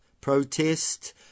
protest